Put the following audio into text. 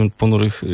ponurych